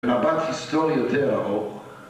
במבט היסטורי יותר ארוך